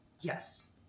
Yes